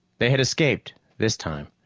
they had escaped this time.